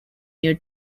near